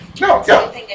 No